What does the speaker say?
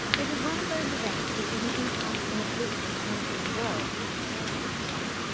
it is one of those events which is an epoch in the political and literary world said commerson.